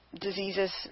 diseases